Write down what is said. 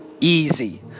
easy